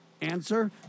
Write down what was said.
Answer